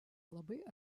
labai